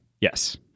Yes